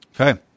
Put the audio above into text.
Okay